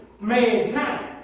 mankind